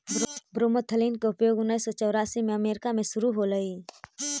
bromethalin के उपयोग उन्नीस सौ चौरासी में अमेरिका में शुरु होलई